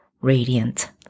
radiant